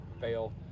fail